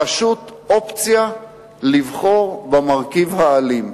פשוט אופציה לבחור במרכיב האלים.